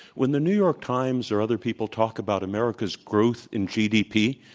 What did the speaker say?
when the new york times or other people talk about america's growth in gdp